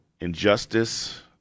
Injustice